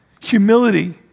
humility